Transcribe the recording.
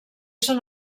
són